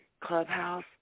Clubhouse